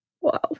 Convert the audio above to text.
Wow